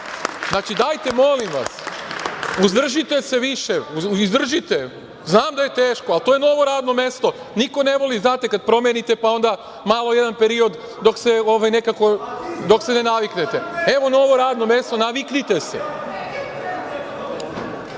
stvari. Dajte molim vas, uzdržite se više. Izdržite, znam da je teško, ali to je novo radno mesto. Niko ne voli, znate kada promenite pa onda malo jedan period dok se ne naviknete. Evo novo radno mesto, naviknite se.